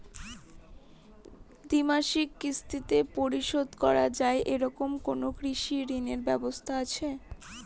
দ্বিমাসিক কিস্তিতে পরিশোধ করা য়ায় এরকম কোনো কৃষি ঋণের ব্যবস্থা আছে?